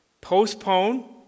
postpone